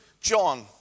John